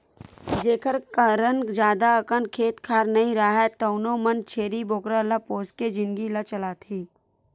जेखर करन जादा अकन खेत खार नइ राहय तउनो मन छेरी बोकरा ल पोसके जिनगी ल चलाथे